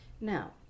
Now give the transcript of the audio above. now